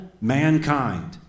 mankind